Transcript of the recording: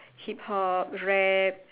Hip hop rap